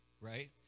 right